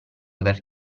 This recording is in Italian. aver